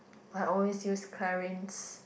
I always use Clarins